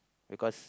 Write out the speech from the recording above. because